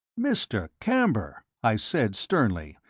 mr. camber, i said, sternly,